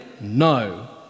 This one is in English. No